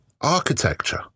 architecture